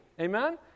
amen